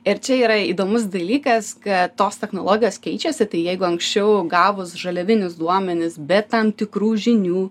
ir čia yra įdomus dalykas kad tos technologijos keičiasi tai jeigu anksčiau gavus žaliavinius duomenis be tam tikrų žinių